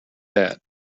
that